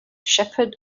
shepherd